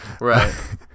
Right